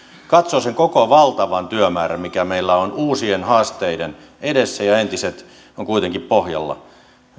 katsoo sen koko valtavan työmäärän mikä meillä on uusien haasteiden edessä kun entiset ovat kuitenkin pohjalla